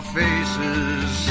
faces